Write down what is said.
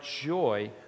joy